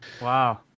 Wow